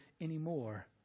anymore